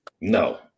No